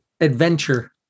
adventure